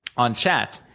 on chat,